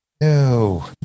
No